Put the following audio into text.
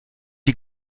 die